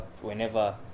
whenever